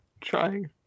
Trying